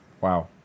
Wow